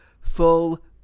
full